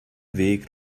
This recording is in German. weg